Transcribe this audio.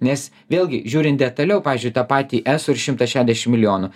nes vėlgi žiūrint detaliau pavyzdžiui į tą patį eso ir šimtą šešiasdešimt milijonų